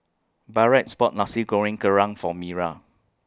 Barrett's bought Nasi Goreng Kerang For Mira